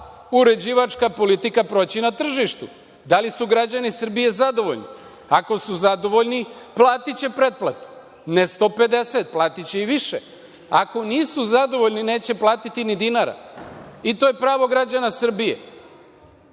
uređivačka politika proći na tržištu, da li su građani Srbije zadovoljni. Ako su zadovoljni, platiće pretplatu, ne 150, platiće i više. Ako nisu zadovoljni, neće platiti ni dinara. To je pravo građana